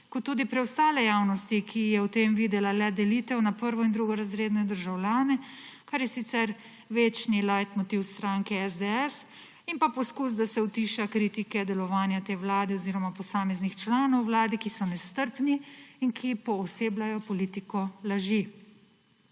kot tudi preostale javnosti, ki je v tem videla le delitev na prvo- in drugorazredne državljane, kar je sicer večni lajtmotiv stranke SDS in pa poskus, da se utiša kritike delovanja te vlade oziroma posameznih članov vlade, ki so nestrpni in ki poosebljajo politiko laži.